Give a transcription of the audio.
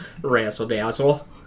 razzle-dazzle